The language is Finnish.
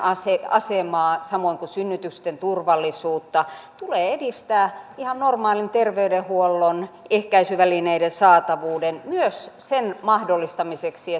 asemaa samoin kuin synnytysten turvallisuutta tulee edistää ihan normaalin terveydenhuollon ehkäisyvälineiden saatavuuden myös sen mahdollistamiseksi